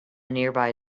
nearby